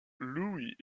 louis